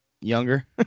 younger